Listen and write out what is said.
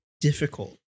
difficult